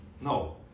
No